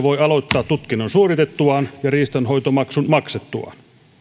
voi aloittaa tutkinnon suoritettuaan ja riistanhoitomaksun maksettuaan